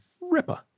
ripper